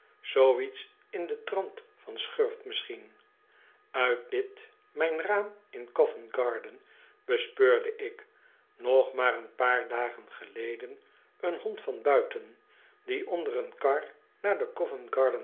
iets in den trant van schurft misschien uit dit mijn raam in coventgarden bespeurde ik nog maar een paar dagen geleden een hond van buiten die onder een kar naar de